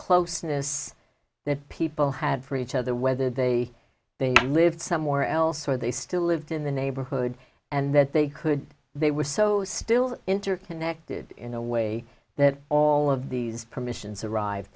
closeness that people had for each other whether they they lived somewhere else or they still lived in the neighborhood and that they could they were so still interconnected in a way that all of these permissions arrive